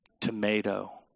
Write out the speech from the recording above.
tomato